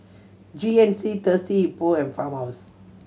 G N C Thirsty Hippo and Farmhouse